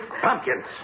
Pumpkins